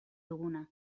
duguna